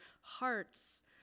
hearts